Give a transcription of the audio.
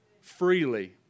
freely